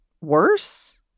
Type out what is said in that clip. worse